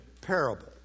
parable